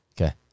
Okay